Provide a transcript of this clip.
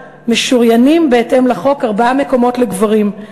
משוריינים בהתאם לחוק ארבעה מקומות לגברים,